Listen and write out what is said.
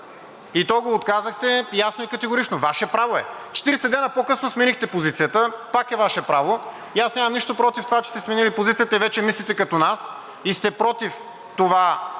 и то го отказахте ясно и категорично. Ваше право е! 40 дена по-късно сменихте позицията – пак е Ваше право, и аз нямам нищо против това, че сте сменили позицията и вече мислите като нас и сте против това